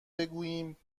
بگویم